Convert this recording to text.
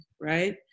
right